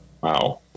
Wow